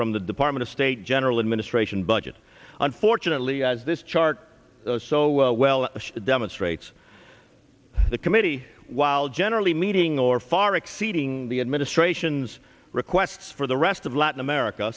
from the department of state general administration budget unfortunately as this chart so well demonstrates the committee while generally meeting or far exceeding the administration's requests for the rest of latin america